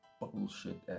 bullshit